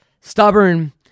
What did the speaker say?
stubborn